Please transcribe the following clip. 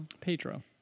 Pedro